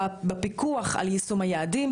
בפיקוח על יישום היעדים.